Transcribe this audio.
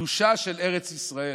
הקדושה של ארץ ישראל,